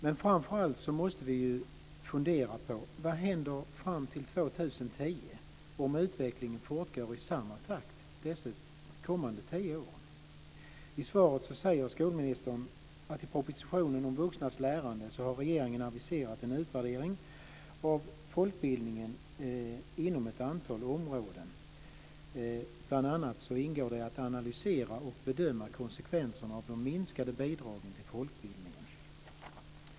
Men framför allt måste vi fundera på vad som händer fram till 2010 om utvecklingen fortgår i samma takt de kommande tio åren? I svaret säger skolministern att regeringen i propositionen om vuxnas lärande har "aviserat en utvärdering av folkbildningen inom ett antal områden". Bl.a. ingår det att analysera och bedöma konsekvenserna av de minskade bidragen till folkbildningen.